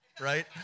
right